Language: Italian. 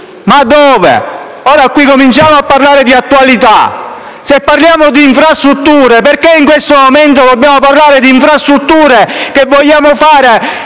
ma dove? Cominciamo qui a parlare di attualità: se discutiamo di infrastrutture, perché in questo momento dobbiamo parlare di infrastrutture che vogliamo